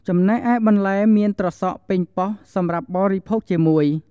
ចំណែកឯបន្លែមាន ត្រសក់ ប៉េងប៉ោះ (សម្រាប់បរិភោគជាមួយ) ។